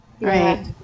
right